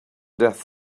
death